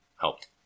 helped